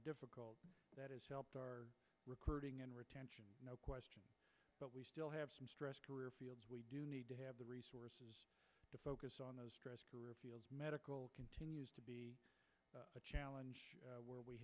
difficult that has helped our recruiting and retention no question but we still have some stressed career fields we do need to have the resources to focus on those fields medical continues to be a challenge where we